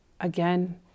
again